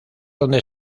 donde